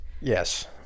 Yes